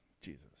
Jesus